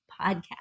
podcast